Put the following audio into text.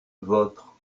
vôtre